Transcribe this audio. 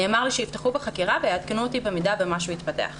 נאמר לי שיפתחו חקירה ויעדכנו אותי במידה ומשהו יתפתח.